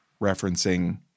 referencing